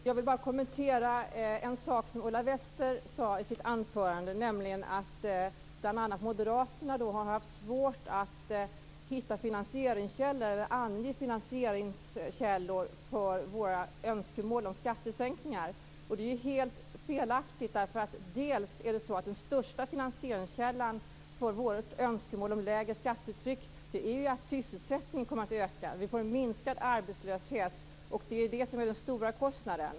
Fru talman! Jag vill bara kommentera en sak som moderaterna har haft svårt att ange finansieringskällor för våra önskemål om skattesänkningar. Det är helt felaktigt. Den största finansieringskällan för vårt önskemål om lägre skattetryck är att sysselsättningen kommer att öka. Vi får en minskad arbetslöshet. Det är ju den som är den stora kostnaden.